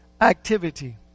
activity